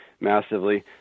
massively